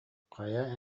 хайа